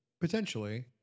Potentially